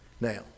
Now